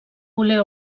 voler